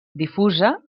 difusa